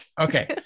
Okay